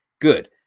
Good